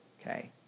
okay